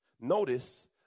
Notice